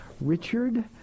Richard